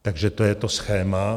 Takže to je to schéma.